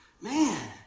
man